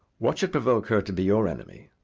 what should provoke her to be your enemy,